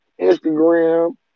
Instagram